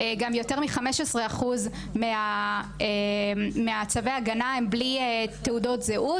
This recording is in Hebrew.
גם יותר מ-15% מצווי ההגנה הם בלי תעודות זהות,